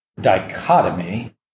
dichotomy